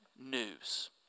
news